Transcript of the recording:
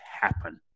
happen